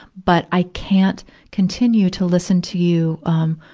but i can't continue to listen to you, um,